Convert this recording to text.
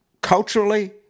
culturally